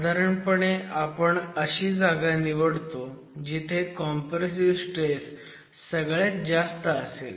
साधारणपणे आपण अशी जागा निवडतो जिथे कॉम्प्रेसिव्ह स्ट्रेस सगळ्यात जास्त असेल